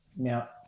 Now